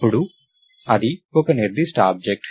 అప్పుడు అది ఒక నిర్దిష్ట ఆబ్జెక్ట్